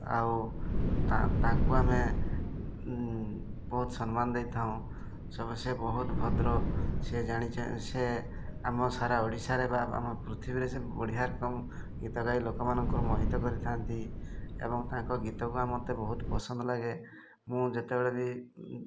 ଆଉ ତା ତାଙ୍କୁ ଆମେ ବହୁତ ସମ୍ମାନ ଦେଇଥାଉଁ ସବୁ ସେ ବହୁତ ଭଦ୍ର ସିଏ ଜାଣିଚ ସିଏ ଆମ ସାରା ଓଡ଼ିଶାରେ ବା ଆମ ପୃଥିବୀରେ ସେ ବଢ଼ିଆ ରକମ୍ ଗୀତ ଗାଇ ଲୋକମାନଙ୍କର ମୋହିତ କରିଥାନ୍ତି ଏବଂ ତାଙ୍କ ଗୀତକୁ ଆମେ ମତେ ବହୁତ ପସନ୍ଦ ଲାଗେ ମୁଁ ଯେତେବେଳେ ବି